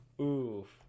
Oof